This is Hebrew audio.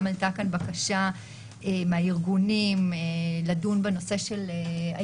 עלתה כאן בקשה גם מהארגונים לדון בנושא השאלה